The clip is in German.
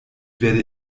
werde